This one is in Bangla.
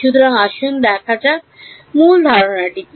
সুতরাং আসুন দেখা যাক মূল ধারণাটি কী